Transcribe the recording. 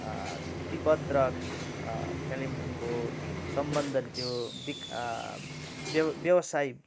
तिब्बत र कालिम्पोङको सम्बन्धले त्यो बिक् व्यवसाय